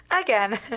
Again